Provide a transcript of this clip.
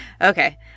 Okay